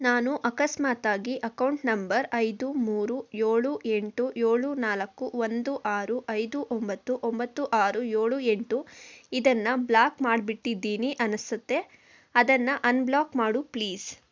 ನಾನು ಅಕಸ್ಮಾತಾಗಿ account number ಐದು ಮೂರು ಏಳು ಎಂಟು ಏಳು ನಾಲ್ಕು ಒಂದು ಆರು ಐದು ಒಂಬತ್ತು ಒಂಬತ್ತು ಆರು ಏಳು ಎಂಟು ಇದನ್ನು ಬ್ಲಾಕ್ ಮಾಡಿಬಿಟ್ಟಿದ್ದೀನಿ ಅನಿಸತ್ತೆ ಅದನ್ನು ಅನ್ಬ್ಲಾಕ್ ಮಾಡು ಪ್ಲೀಸ್